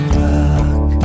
rock